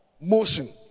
motion